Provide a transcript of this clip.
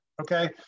Okay